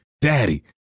Daddy